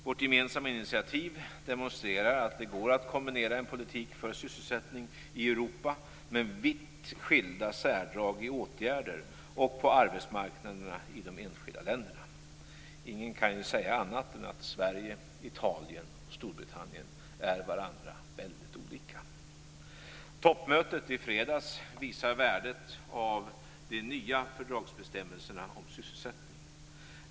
Vårt gemensamma initiativ demonstrerar att det går att kombinera en politik för sysselsättning i Europa med vitt skilda särdrag i fråga om åtgärder och på arbetsmarknaderna i de enskilda länderna. Ingen kan ju säga annat än att Sverige, Italien och Storbritannien är varandra väldigt olika. Toppmötet i fredags visar värdet av de nya fördragsbestämmelserna om sysselsättningen.